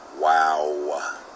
wow